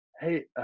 hey